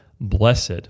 blessed